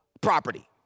property